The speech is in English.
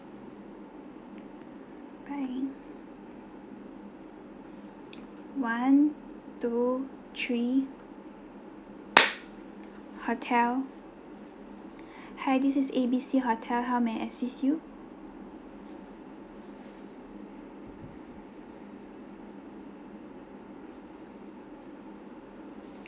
bye one two three hotel hi this is A_B_C hotel how may I assist you